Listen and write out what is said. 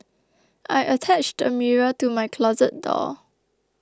I attached a mirror to my closet door